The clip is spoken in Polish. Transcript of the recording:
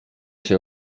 się